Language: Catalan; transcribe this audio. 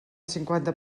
cinquanta